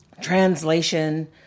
translation